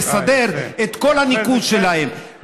לסדר את כל הניקוז שלהם.